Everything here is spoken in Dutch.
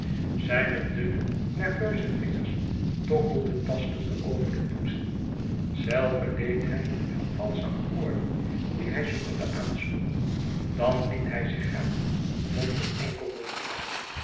zijne dunne nerveuze vingers tokkelden tastende over de toetsen zelve leed hij van valsche akkoorden die hij zoekende aansloeg dan liet hij zich gaan vond een enkel motief